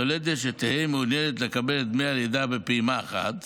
יולדת שתהא מעוניינת לקבל את דמי הלידה בפעימה אחת,